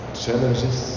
challenges